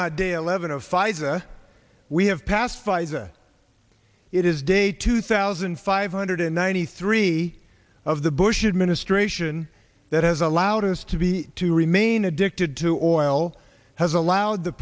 not dale levin of pfizer we have passed by the it is day two thousand five hundred ninety three of the bush administration that has allowed us to be to remain addicted to oil has allowed the